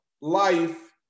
life